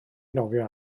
nofio